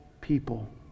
people